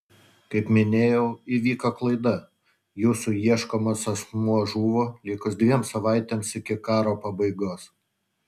kaip minėjau įvyko klaida jūsų ieškomas asmuo žuvo likus dviem savaitėms iki karo pabaigos